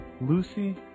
Lucy